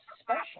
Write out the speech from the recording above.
special